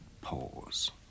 Pause